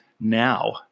now